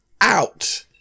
Out